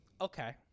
Okay